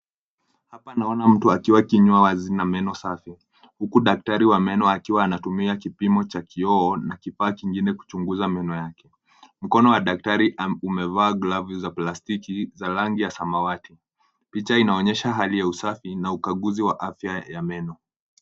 Hapa naona mtu akiwa kinywa wazi na meno safi. Huku daktari wa meno akiwa anatumia kipimo cha kioo na kipaa kingine kuchunguza meno yake. Mkono wa daktari umevaa glavu za plastiki za rangi ya samawati. Picha inaonyesha hali ya usafi na ukaguzi wa afya ya meno.